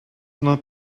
not